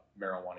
marijuana